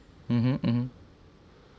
mmhmm mmhmm